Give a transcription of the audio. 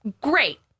great